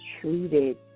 treated